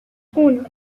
uno